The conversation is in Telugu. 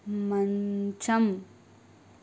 మంచం